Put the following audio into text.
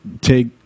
take